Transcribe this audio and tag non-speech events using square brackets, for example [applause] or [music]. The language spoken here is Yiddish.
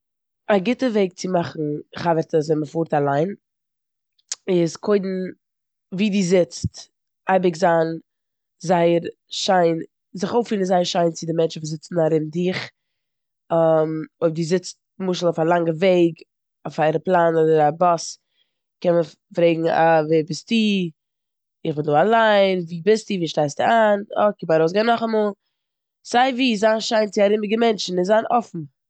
א גוטע וועג צו מאכן חברטעס ווען מ'פארט אליין איז קודם ווי די זיצט אייביג זיין זייער שיין, זיך אויפפירן זייער שיין צו די מענטשן וואס זיצן ארום דיך. [hesitation] אויב די זיצט נמשל אויף א לאנגע וועג אויף א עראפלאן אדער א באס קען מען פרעגן אה, ווער ביסטו, איך בין דא אליין, ווי ביסטו, ווי שטייסטו איין, אה קום ארויסגיין נאכאמאל. סיי ווי זיין שיין צו ארומיגע מענטשן און זיין אפן.